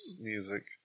Music